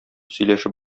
сөйләшеп